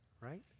right